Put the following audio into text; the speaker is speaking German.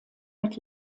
mit